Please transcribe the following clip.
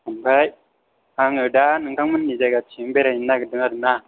ओमफ्राय आङो दा नोंथांमोननि जायगाथिं बेरायहैनो नागेरदों आरोना